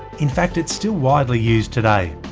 in fact it's still widely used today.